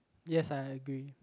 yes I agree